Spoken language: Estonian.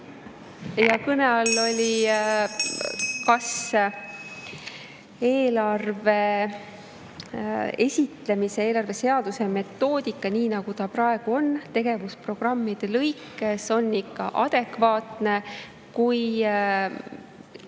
Kõne all oli, kas eelarve esitlemise ja eelarveseaduse metoodika, nii nagu ta praegu on tegevusprogrammide lõikes, on ikka adekvaatne.